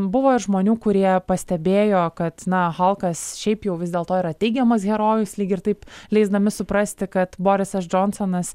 buvo ir žmonių kurie pastebėjo kad na halkas šiaip jau vis dėlto yra teigiamas herojus lyg ir taip leisdami suprasti kad borisas džonsonas